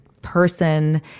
person